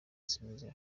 sinzi